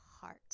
heart